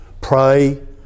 pray